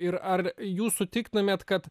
ir ar jūs sutiktumėt kad